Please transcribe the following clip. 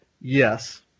Yes